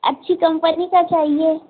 अच्छी कम्पनी का चाहिए